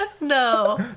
No